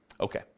Okay